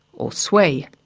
or swaei.